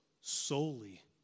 solely